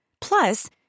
Plus